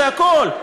זה הכול.